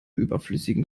überflüssigen